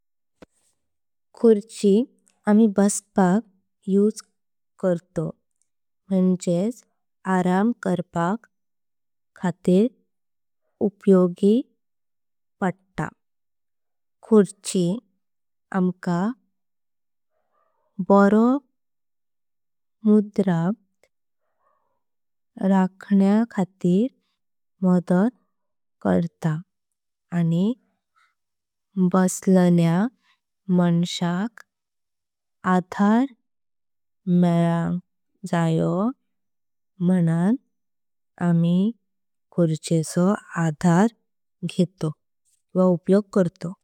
खुर्ची आम्ही बसपाक उपयोग करतो म्हणजेच। आराम करप खातीर उपयोग करतो करतो। कुर्ची मका चांगली मुद्रा राल्हण्य खातीर मदत। करता आणि बसल्यां मनशाक आधार मेलां जाओं। म्हणजे आमि कुरचेक आधार घेतो किंवा उपयोग करतो।